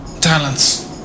Talents